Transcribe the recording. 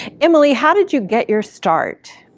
emily how did you get your start.